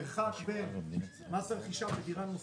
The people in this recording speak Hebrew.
במקום המילים 'ביום כ"ח בטבת התרפא (1 בינואר 2022)'